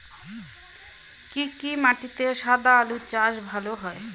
কি কি মাটিতে সাদা আলু চাষ ভালো হয়?